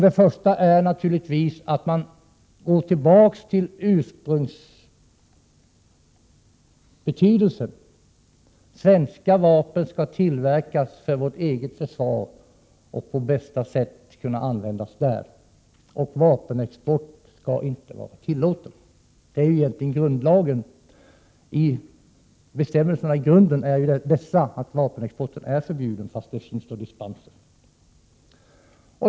Den första är naturligtvis att man går tillbaka till den ursprungliga tanken: Svenska vapen skall tillverkas för vårt eget försvar och på bästa sätt kunna användas där, och vapenexport skall inte vara tillåten. Grunden för bestämmelserna är ju egentligen att vapenexport är förbjuden, fast det finns dispenser.